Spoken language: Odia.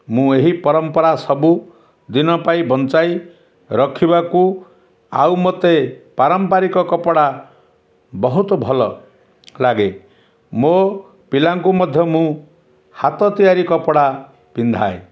ମୁଁ ଏହି ପରମ୍ପରା ସବୁ ଦିନ ପାଇଁ ବଞ୍ଚାଇ ରଖିବାକୁ ଆଉ ମୋତେ ପାରମ୍ପାରିକ କପଡ଼ା ବହୁତ ଭଲ ଲାଗେ ମୋ ପିଲାଙ୍କୁ ମଧ୍ୟ ମୁଁ ହାତ ତିଆରି କପଡ଼ା ପିନ୍ଧାଏ